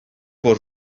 bod